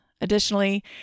Additionally